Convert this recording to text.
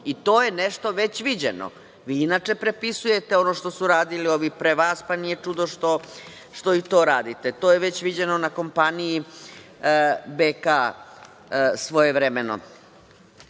To je nešto već viđeno. Vi inače prepisujete ono što su radili ovi pre vas, pa nije čudo što i to radite. To je već viđeno na kompaniji BK svojevremeno. Evo,